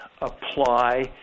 apply